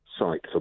Sites